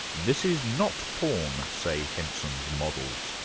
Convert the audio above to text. this is not porn, say henson's models,